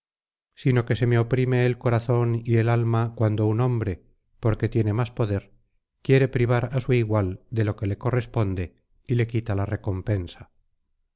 sino que se me oprime el corazón y el alma cuando un hombre porque tiene más poder quiere privar á su igual de lo que le corresponde y le quita la recompensa